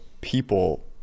people